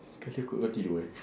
sekali aku ngan kau tidur eh